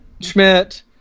Schmidt